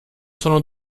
sono